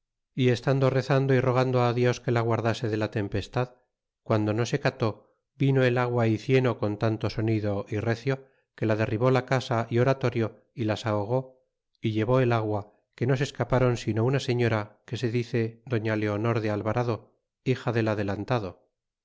y estando rezando y rogando dios que la guardase de la tempestad guando no se cató vino el agua y cieno con tanto sonido é recio que la derribó la casa oratorio las ahogó é llevó el agua que no se escapron sino una señora que se dice doña leonor de alvarado hija del adelantado